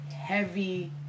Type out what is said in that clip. heavy